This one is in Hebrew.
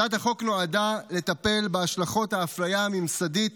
הצעת החוק נועדה לטפל בהשלכות האפליה הממסדית